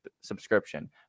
subscription